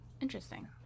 interesting